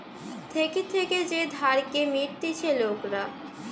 থেকে থেকে যে ধারকে মিটতিছে লোকরা